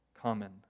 common